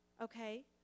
okay